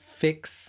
fix